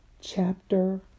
chapter